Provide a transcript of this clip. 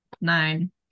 Nine